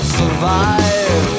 survive